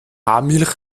milch